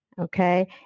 okay